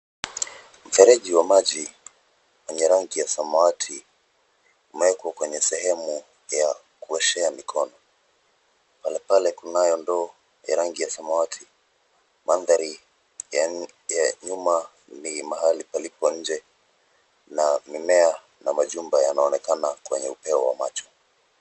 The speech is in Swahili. Mfereji wa maji wenye rangi ya samawati unaekwa kwenye sehemu ya kuoshea mikono. Palepale kunayo ndoo ya rangi ya samawati. Mandhari ya nyuma ni mahali palipo nje na mimea na majumba yanaonekana kwenye upeo wa macho.